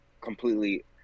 completely